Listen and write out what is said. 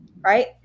right